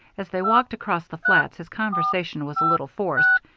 as they walked across the flats his conversation was a little forced,